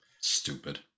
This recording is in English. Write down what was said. Stupid